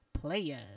Players